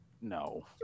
no